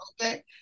okay